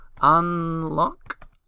Unlock